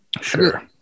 Sure